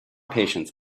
patience